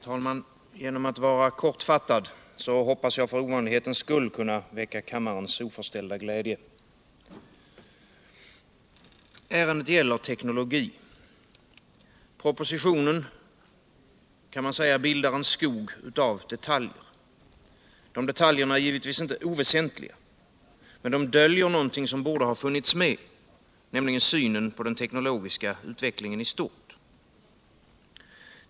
Herr talman! Genom att vara kortfattad hoppas jag för ovanlighetens skull kunna väcka kammarens oförställda glädje. Ärendet gäller teknologi. Propositionen kan man säga bildar en skog av detaljer. De är givetvis inte oväsentliga, men de döljer något som borde ha funnits med, nämligen synen på den teknologiska utvecklingen i stort.